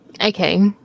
Okay